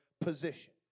position